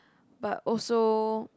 but also